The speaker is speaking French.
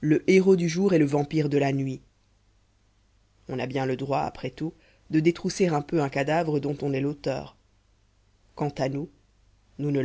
le héros du jour est le vampire de la nuit on a bien le droit après tout de détrousser un peu un cadavre dont on est l'auteur quant à nous nous ne